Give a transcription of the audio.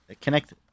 connect